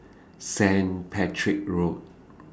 Staint Patrick's Road